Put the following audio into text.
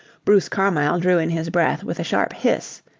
bruce carmyle drew in his breath with a sharp hiss,